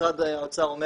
משרד האוצר אומר